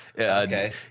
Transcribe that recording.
Okay